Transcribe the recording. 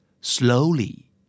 Slowly